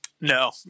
No